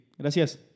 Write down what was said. Gracias